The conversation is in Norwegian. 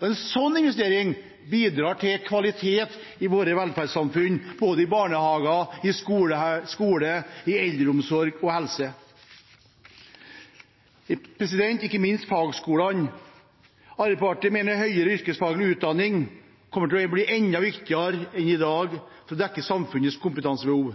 og en slik investering bidrar til kvalitet i vårt velferdssamfunn, i både barnehage, skole, eldreomsorg og helse. Ikke minst når det gjelder fagskolene, mener Arbeiderpartiet at høyere yrkesfaglig utdanning kommer til å bli enda viktigere enn i dag for å dekke samfunnets kompetansebehov.